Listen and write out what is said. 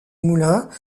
moulins